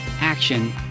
action